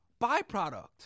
byproduct